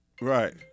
Right